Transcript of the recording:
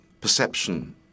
perception